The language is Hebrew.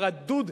הרדוד,